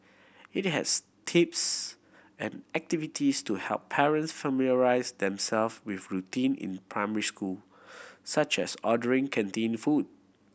it has tips and activities to help parents familiarise themself with routine in primary school such as ordering canteen food